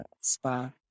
Spa